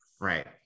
right